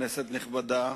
כנסת נכבדה,